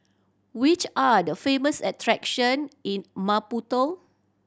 which are the famous attraction in Maputo